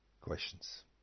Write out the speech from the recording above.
questions